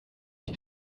die